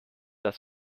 das